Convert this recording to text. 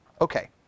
Okay